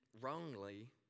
wrongly